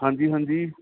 ਹਾਂਜੀ ਹਾਂਜੀ